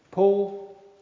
Paul